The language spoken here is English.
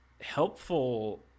helpful